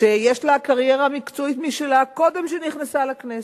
שיש לה קריירה מקצועית משלה קודם שנכנסה לכנסת.